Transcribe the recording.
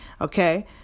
okay